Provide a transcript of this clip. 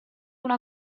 una